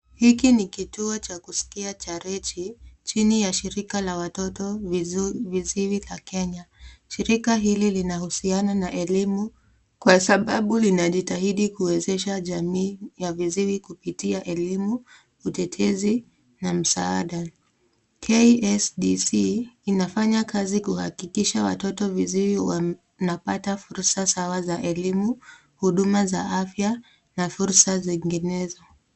Hiki ni kituo cha kuskia cha Rechi chini ya shirika la watoto viziwi ya Kenya. Shirika hili linahusiana na elimu kwa sababu linajitahidi kuwezesha jamii la viziwi kupitia elimu, utetezi na msaada. KSDC inafanya kazi kuhakikisha watoto viziwi wanapata fursa sawa za elimu, huduma za afya na fursa zinginezo.